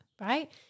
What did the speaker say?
right